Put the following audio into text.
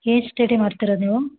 ಏನು ಸ್ಟೆಡಿ ಮಾಡ್ತಿರೋದು ನೀವು